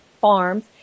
farms